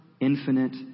infinite